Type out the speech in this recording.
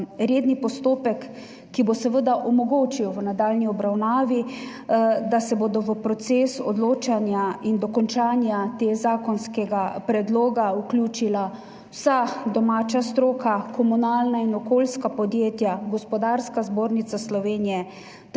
redni postopek, ki bo seveda omogočil v nadaljnji obravnavi, da se bodo v proces odločanja in dokončanja tega zakonskega predloga vključili vsa domača stroka, komunalna in okoljska podjetja, Gospodarska zbornica Slovenije